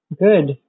good